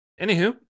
Anywho